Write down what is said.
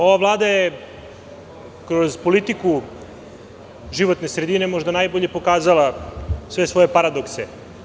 Ova Vlada je kroz politiku životne sredine možda najbolje pokazala sve svoje paradokse.